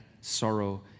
sorrow